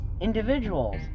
individuals